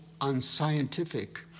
unscientific